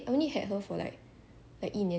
then aft~ after that died then I so sad